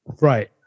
Right